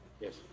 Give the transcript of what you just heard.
Yes